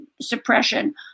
suppression